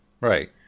right